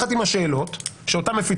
יש שתי מעטפות, אחת עם השאלות ואחת עם התשובות